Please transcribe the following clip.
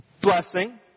blessing